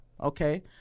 okay